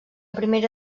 primera